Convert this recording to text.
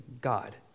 God